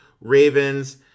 Ravens